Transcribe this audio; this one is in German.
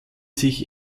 sich